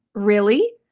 really?